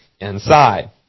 inside